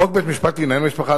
חוק בתי-המשפט לענייני משפחה,